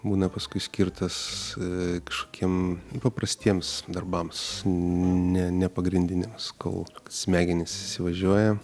būna paskui skirtas kažkokiem paprastiems darbams ne nepagrindiniams kol smegenys įsivažiuoja